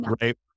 right